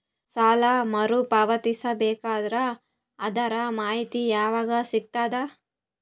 ಸಾಲ ಮರು ಪಾವತಿಸಬೇಕಾದರ ಅದರ್ ಮಾಹಿತಿ ಯವಾಗ ಸಿಗತದ?